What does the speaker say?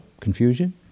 Confusion